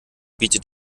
bietet